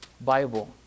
Bible